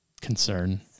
concern